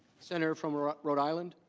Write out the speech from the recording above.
senator from rhode island.